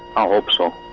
i hope so,